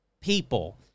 people